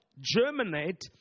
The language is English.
Germinate